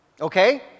Okay